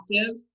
active